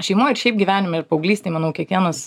šeimoj ir šiaip gyvenime ir paauglystėj manau kiekvienas